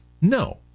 No